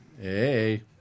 Hey